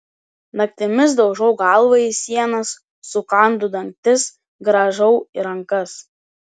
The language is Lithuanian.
naktimis daužau galvą į sienas sukandu dantis grąžau rankas